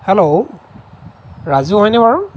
hello Raju হয়নে বাৰু